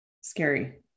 scary